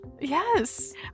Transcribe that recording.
Yes